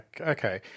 Okay